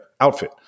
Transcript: outfit